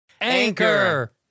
Anchor